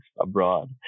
abroad